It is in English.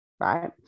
right